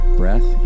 breath